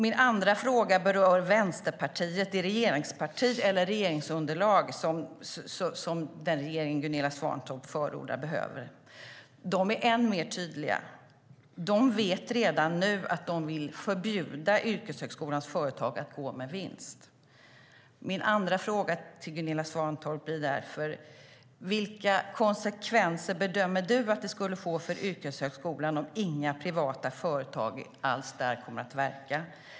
Min andra fråga berör Vänsterpartiet som det regeringsparti eller det regeringsunderlag den regering behöver som Gunilla Svantorp förordar. De är än mer tydliga. De vet redan nu att de vill förbjuda yrkeshögskolans företag att gå med vinst. Min andra fråga till Gunilla Svantorp är därför: Vilka konsekvenser bedömer du att det skulle få för yrkeshögskolan om inga privata företag alls kommer att verka där?